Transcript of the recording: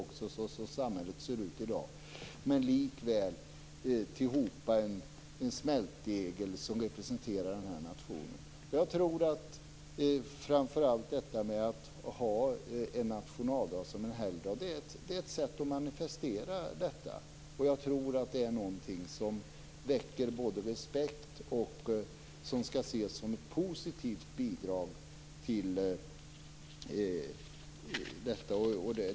Med tanke på hur samhället ser ut i dag är det likväl tillhopa en smältdegel som representerar den här nationen. Att ha nationaldagen som helgdag är ett sätt att manifestera detta. Jag tror att det är någonting som väcker respekt och som man skall se som ett positivt bidrag.